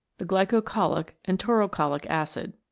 the glycocholic and taurocholic acid.